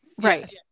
Right